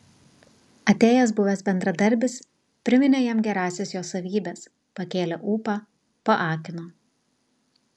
atėjęs buvęs bendradarbis priminė jam gerąsias jo savybes pakėlė ūpą paakino